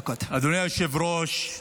היושב-ראש,